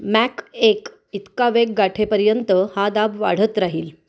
Mac एक इतका वेग गाठेपर्यंत हा दाब वाढत राहील